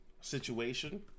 situation